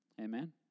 Amen